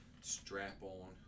strap-on